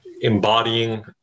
embodying